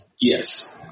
yes